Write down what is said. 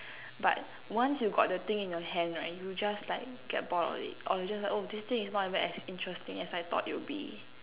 but once you got the thing in your hand right you just like get bored of it or just like oh this thing is not even as interesting as I thought it would be